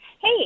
Hey